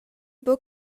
buca